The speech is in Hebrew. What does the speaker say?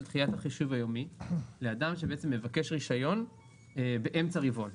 דחיית החישוב היומי לאדם שמבקש רישיון באמצע רבעון.